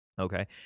Okay